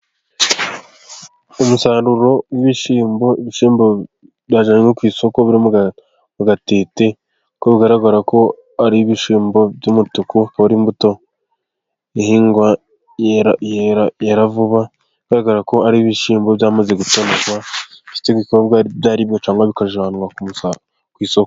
Umusaruro w'ibishyimbo, ibishyimbo byajyanwe ku isoko, biri mu gatete, kuko bigaragara ko ari ibishyimbo by'umutuku, ikaba ari imbuto ihingwa yera vuba, bigaragara ko ari ibishyimbo byamaze gutonorwa, ndetse bishobora kuba byaribwa cyangwa bikajyanwa ku isoko.